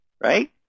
right